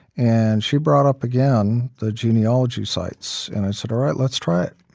and she brought up, again, the genealogy sites. and i said, alright, let's try it